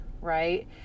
right